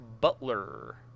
Butler